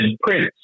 Prince